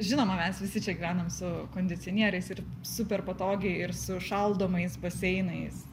žinoma mes visi čia gyvenam su kondicionieriais ir super patogiai ir su šaldomais baseinais